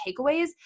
takeaways